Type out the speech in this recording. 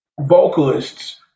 vocalists